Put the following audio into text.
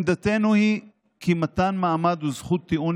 עמדתנו היא כי מתן מעמד וזכות טיעון